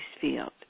field